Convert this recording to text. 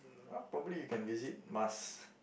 probably you can visit Mars